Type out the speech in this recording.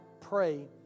pray